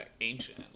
ancient